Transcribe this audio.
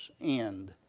end